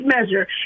measure